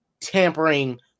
tampering